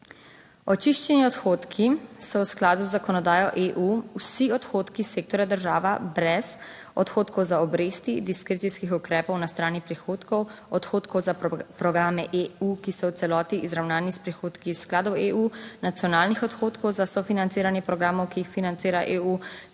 Očiščeni odhodki so v skladu z zakonodajo EU vsi odhodki sektorja država, brez odhodkov za obresti, diskrecijskih ukrepov na strani prihodkov, odhodkov za programe EU, ki so v celoti izravnani s prihodki iz skladov EU, nacionalnih odhodkov za sofinanciranje programov, ki jih financira EU,